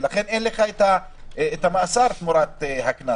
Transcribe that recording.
ולכן אין לך את המאסר תמורת הקנס.